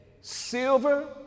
silver